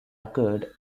occurred